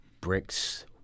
Bricks